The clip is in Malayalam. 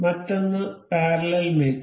മറ്റൊന്ന് പാരലൽ മേറ്റ് ഉം